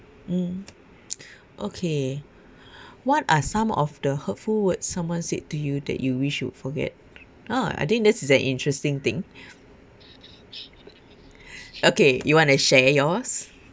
mm okay what are some of the hurtful words someone said to you that you wish you'd forget ah I think that is an interesting thing okay you want to share yours